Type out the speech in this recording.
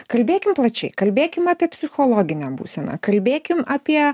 kalbėkim plačiai kalbėkim apie psichologinę būseną kalbėkim apie